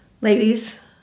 Ladies